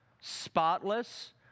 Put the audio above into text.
Spotless